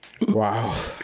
Wow